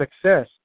success